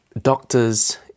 doctors